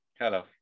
Hello